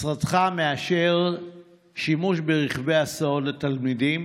משרדך מאשר שימוש ברכבי הסעות לתלמידים